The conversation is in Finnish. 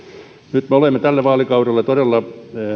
nyt me olemme tällä vaalikaudella todella